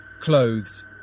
clothes